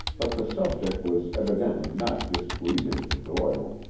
but the subject was evidently not displeasing to doyle,